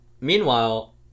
meanwhile